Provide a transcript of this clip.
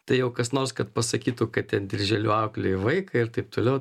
tai jau kas nors kad pasakytų kad ten dirželiu auklėji vaiką ir taip toliau